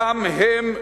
גם הם,